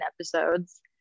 episodes